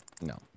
No